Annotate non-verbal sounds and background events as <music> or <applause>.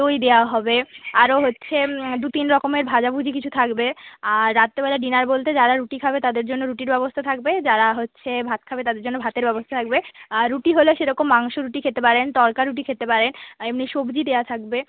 দই দেওয়া হবে <unintelligible> আরও হচ্ছে দুতিন রকমের ভাজাভুজি কিছু থাকবে আর রাত্রিবেলা ডিনার বলতে যারা রুটি খাবে তাদের জন্য রুটির ব্যবস্থা থাকবে যারা হচ্ছে ভাত খাবে তাদের জন্য ভাতের ব্যবস্থা থাকবে আর রুটি হলে সেরকম মাংস রুটি খেতে পারেন তড়কা রুটি খেতে পারেন আর এমনি সবজি দেওয়া থাকবে